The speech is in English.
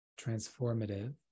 transformative